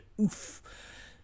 Oof